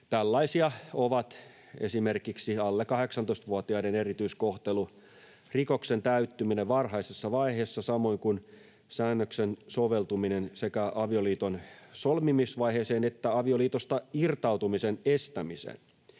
Tällaisia ovat esimerkiksi alle 18-vuotiaiden erityiskohtelu, rikoksen täyttyminen varhaisessa vaiheessa, samoin kuin säännöksen soveltuminen sekä avioliiton solmimisvaiheeseen että avioliitosta irtautumisen estämiseen.